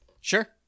Sure